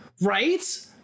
right